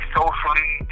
socially